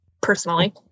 personally